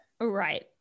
Right